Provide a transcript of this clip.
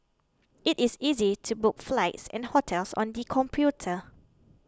it is easy to book flights and hotels on the computer